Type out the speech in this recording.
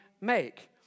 make